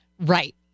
Right